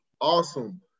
awesome